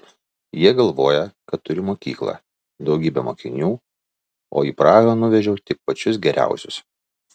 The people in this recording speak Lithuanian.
jie galvoja kad turiu mokyklą daugybę mokinių o į prahą nuvežiau tik pačius geriausius